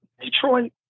Detroit